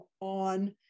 on